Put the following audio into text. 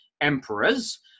emperors